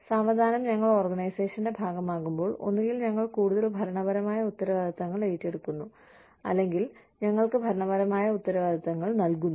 സാവധാനം ഞങ്ങൾ ഓർഗനൈസേഷന്റെ ഭാഗമാകുമ്പോൾ ഒന്നുകിൽ ഞങ്ങൾ കൂടുതൽ ഭരണപരമായ ഉത്തരവാദിത്തങ്ങൾ ഏറ്റെടുക്കുന്നു അല്ലെങ്കിൽ ഞങ്ങൾക്ക് ഭരണപരമായ ഉത്തരവാദിത്തങ്ങൾ നൽകുന്നു